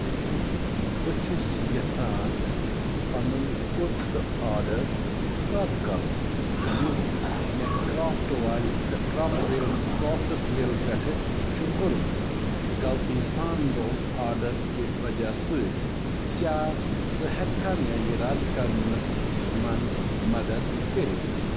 بہٕ چھُس یژھان پَنُن کُرتہٕ آرڈَر رَد کَرُن یُس مےٚ کرٛافٹ والہِ پٮ۪ٹھ کرافٹ ویل کرٛافٹَس ویل پٮ۪ٹھٕ چھِ کوٚرمُت غلطی سان گوٚو آرڈَر کہِ وجہ سۭتۍ کیٛاہ ژٕ ہٮ۪ککھا مےٚ یہِ رَد کرنَس منٛز مدتھ کٔرِتھ